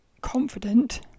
confident